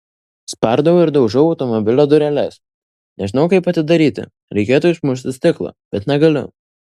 spardau ir daužau automobilio dureles nežinau kaip atidaryti reikėtų išmušti stiklą bet negaliu